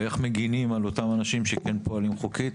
ואיך מגנים על אותם אנשים שפועלים חוקית.